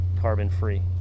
carbon-free